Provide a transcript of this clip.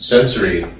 Sensory